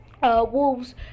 Wolves